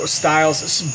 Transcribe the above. styles